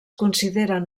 consideren